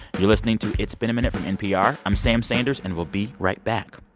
you're listening to it's been a minute from npr. i'm sam sanders, and we'll be right back